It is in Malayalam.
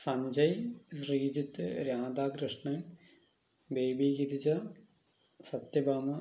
സഞ്ജയ് ശ്രീജിത്ത് രാധാ കൃഷ്ണൻ ബേബി ഗിരിജ സത്യഭാമ